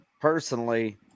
personally